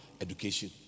education